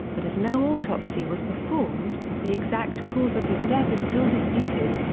but as no autopsy was performed, the exact cause of his death is still disputed.